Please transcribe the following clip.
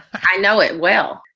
i know it well.